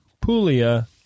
Puglia